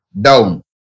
down